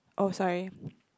oh sorry